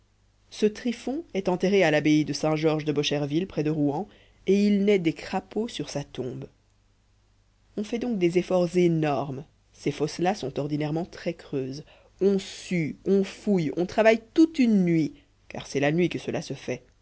ce tryphon est enterré à l'abbaye de saint-georges de bocherville près rouen et il naît des crapauds sur sa tombe on fait donc des efforts énormes ces fosses là sont ordinairement très creuses on sue on fouille on travaille toute une nuit car c'est la nuit que cela se fait